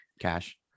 Cash